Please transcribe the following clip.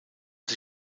sie